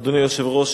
אדוני היושב-ראש,